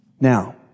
Now